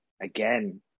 again